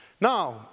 Now